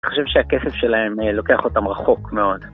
אני חושב שהכסף שלהם לוקח אותם רחוק מאוד